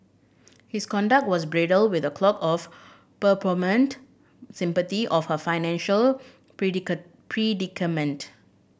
his conduct was bridled with a cloak of sympathy of her financial predicament